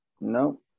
No